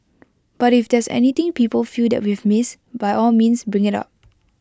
but if there's anything people feel that we've missed by all means bring IT up